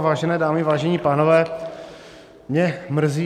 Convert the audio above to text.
Vážené dámy, vážení pánové, mě mrzí...